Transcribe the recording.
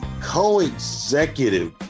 co-executive